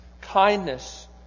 kindness